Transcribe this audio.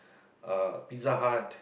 uh Pizza-Hut